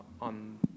on